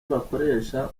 bakoresha